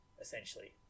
essentially